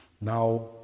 Now